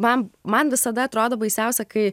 man man visada atrodo baisiausia kai